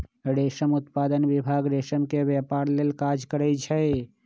रेशम उत्पादन विभाग रेशम के व्यपार लेल काज करै छइ